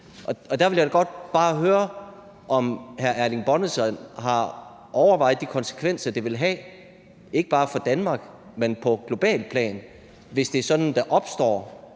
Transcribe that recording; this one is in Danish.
Der vil jeg da godt bare høre, om hr. Erling Bonnesen har overvejet de konsekvenser, det vil få ikke bare for Danmark, men på globalt plan, hvis det er sådan, at der opstår